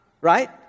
right